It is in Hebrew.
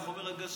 איך אומר הגשש?